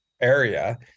area